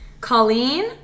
Colleen